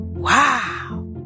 Wow